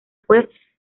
fue